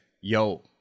yo